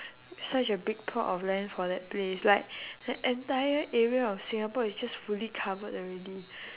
such a big plot of land for that place like the entire area of singapore is just fully covered already